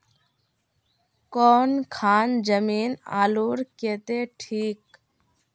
कौन खान जमीन आलूर केते ठिक?